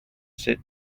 sit